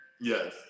yes